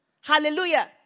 Hallelujah